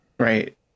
right